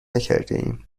نکردهایم